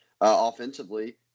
offensively